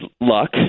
luck